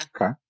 okay